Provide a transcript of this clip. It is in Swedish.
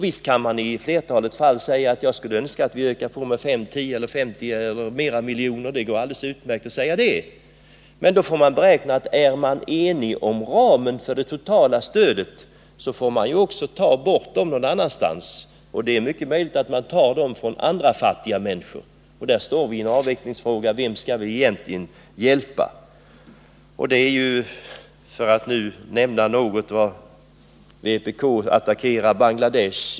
Visst skulle jag i flertalet fall önska att vi kunde öka på anslagen med 5,10, 50 eller ändå fler milj.kr. Det går alldeles utmärkt att säga det. Men är man enig om ramen för det totala stödet, får man ta dessa miljoner någon annanstans. Det är möjligt att man då tar dessa miljoner från andra fattiga människor. Vi står här inför en avvägningsfråga: Vem skall vi egentligen hjälpa? Vpk har attackerat Bangladesh.